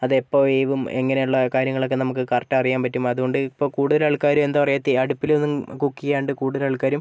അതെപ്പം വേവും എങ്ങനെയുള്ള കാര്യങ്ങളൊക്കെ നമുക്ക് കറക്റ്റാ അറിയാൻ പറ്റും അതുകൊണ്ട് ഇപ്പം കൂടുതലാൾക്കാരും എന്താ പറയാ തീ അടുപ്പിലൊന്നും കുക്ക് ചെയ്യാണ്ട് കൂടുതലാൾക്കാരും